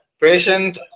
patient